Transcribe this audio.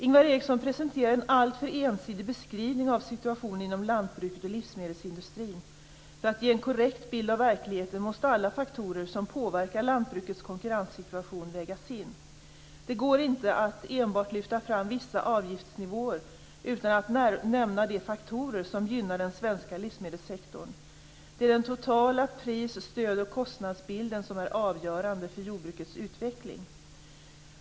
Ingvar Eriksson presenterar en alltför ensidig beskrivning av situationen inom lantbruket och livsmedelsindustrin. För att ge en korrekt bild av verkligheten måste alla faktorer som påverkar lantbrukets konkurrenssituation vägas in. Det går inte att enbart lyfta fram vissa avgiftsnivåer utan att nämna de faktorer som gynnar den svenska livsmedelssektorn. Det är den totala pris-, stöd och kostnadsbilden som är avgörande för jordbrukets utveckling.